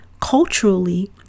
Culturally